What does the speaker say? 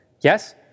Yes